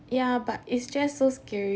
ya but it's just so scary